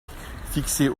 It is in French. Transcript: fixées